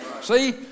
See